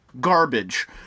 garbage